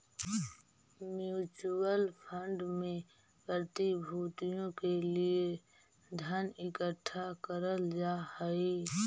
mutual fund में प्रतिभूतियों के लिए धन इकट्ठा करल जा हई